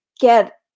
get